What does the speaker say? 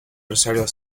rosario